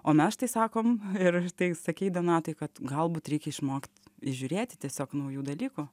o mes štai sakom ir tai sakei donatai kad galbūt reikia išmokt įžiūrėti tiesiog naujų dalykų